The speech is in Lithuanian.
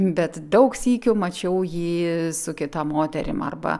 bet daug sykių mačiau jį su kita moterim arba